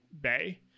bay